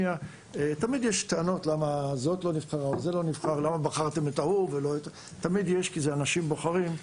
תמיד יש טענות למה זה או זה לא נבחרו כי אנשים בוחרים,